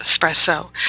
Espresso